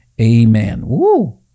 amen